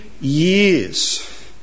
years